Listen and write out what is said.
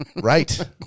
Right